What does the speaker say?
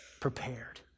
prepared